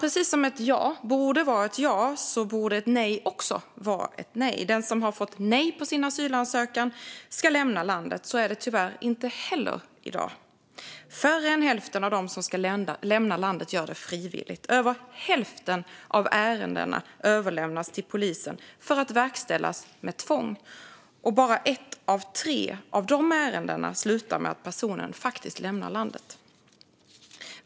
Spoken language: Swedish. Precis som ett ja borde vara ett ja borde också ett nej vara ett nej. Den som har fått nej på sin asylansökan ska lämna landet. Så är det tyvärr inte heller i dag. Färre än hälften av dem som ska lämna landet gör det frivilligt. Över hälften av ärendena överlämnas till polisen för att verkställas med tvång, och bara ett av tre av de ärendena slutar med att personen faktiskt lämnar landet.